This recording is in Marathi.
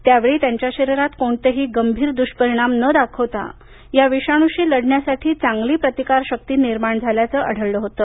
त्यावेळी त्यांच्या शरीरात कोणतेही गंभीर दुष्परिणाम न दाखवता या विषाणूशी लढण्यासाठी चांगली प्रतिकारशक्ती निर्माण झाल्याचं आढळलं होतं